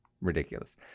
ridiculous